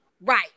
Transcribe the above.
Right